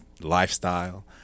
lifestyle